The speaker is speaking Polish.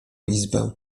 izbę